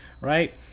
right